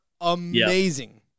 amazing